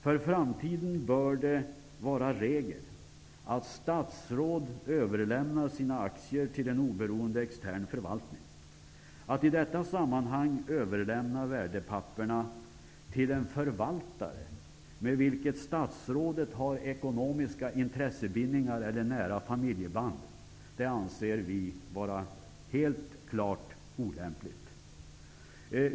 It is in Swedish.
För framtiden bör det vara regel att statsråd överlämnar sina aktier till en oberoende extern förvaltning. Att i detta sammanhang överlämna värdepapperen till en förvaltare med vilken statsrådet har ekomiska intressebindningar eller nära familjeband anser vi vara klart olämpligt.